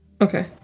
Okay